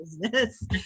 business